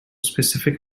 specific